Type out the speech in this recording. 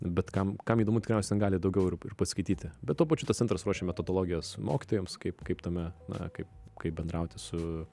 bet kam kam įdomu tikriausiai ten gali daugiau ir paskaityti bet tuo pačiu tas centras ruošia metodologijas mokytojams kaip kaip tame na kaip kaip bendrauti su